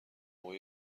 موقع